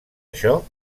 això